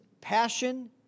passion